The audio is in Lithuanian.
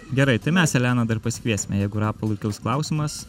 gerai tai mes eleną dar pasikviesime jeigu rapolui kils klausimas